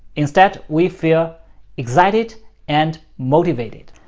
instead, we feel exited and motivated.